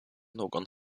någon